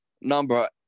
Number